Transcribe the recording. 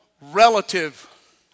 relative